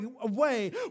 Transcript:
away